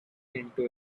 into